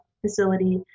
facility